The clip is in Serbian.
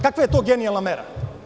Kakva je to genijalna mera?